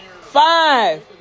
five